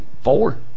Four